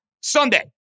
Sunday